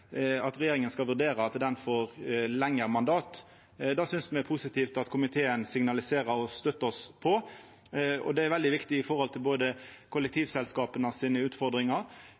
skal få forlengt mandatet. Det synest me er positivt at komiteen signaliserer og støttar oss på, og det er veldig viktig for utfordringane til kollektivselskapa.